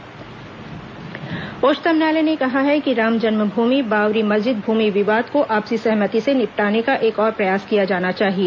उच्चतम न्यायालय अयोध्या उच्चतम न्यायालय ने कहा है कि राम जन्मभूमि बाबरी मस्जिद भूमि विवाद को आपसी सहमति से निपटाने का एक और प्रयास किया जाना चाहिए